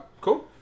cool